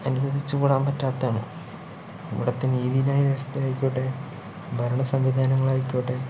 അനുവദിച്ചു കൂടാൻ പറ്റാത്തതാണ് ഇവിടെത്തെ നീതി ന്യായ വ്യവസ്ഥയായിക്കോട്ടെ ഭരണ സംവിധാനങ്ങളായിക്കോട്ടെ